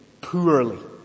poorly